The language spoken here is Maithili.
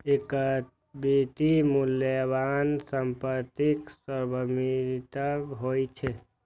इक्विटी मूल्यवान संपत्तिक स्वामित्व होइ छै